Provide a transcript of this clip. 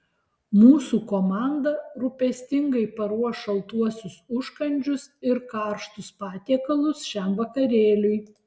mūsų komanda rūpestingai paruoš šaltuosius užkandžius ir karštus patiekalus šiam vakarėliui